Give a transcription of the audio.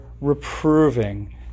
reproving